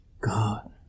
god